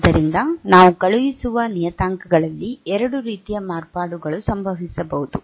ಆದ್ದರಿಂದ ನಾವು ಕಳುಹಿಸುವ ನಿಯತಾಂಕಗಳಲ್ಲಿ 2 ರೀತಿಯ ಮಾರ್ಪಾಡುಗಳು ಸಂಭವಿಸಬಹುದು